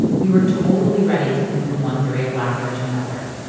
we were totally ready to move from one theory of laughter to another,